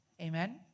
Amen